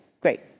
great